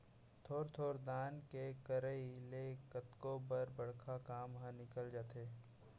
थोर थोर दान के करई ले कतको बर बड़का काम ह निकल जाथे